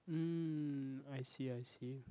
mm I see I see